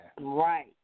Right